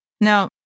now